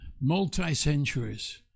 multi-centuries